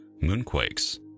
moonquakes